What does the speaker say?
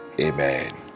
Amen